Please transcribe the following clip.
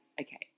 okay